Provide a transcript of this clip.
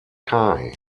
kai